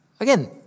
Again